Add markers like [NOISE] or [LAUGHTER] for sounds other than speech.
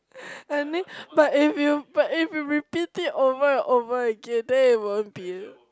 [LAUGHS] I mean but if you but if you repeat it over and over again then it won't be